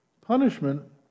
punishment